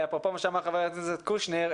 אפרופו מה שאמר חבר הכנסת קושניר,